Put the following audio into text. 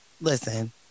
listen